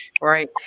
Right